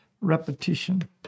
repetition